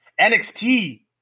NXT